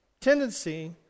tendency